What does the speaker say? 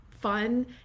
fun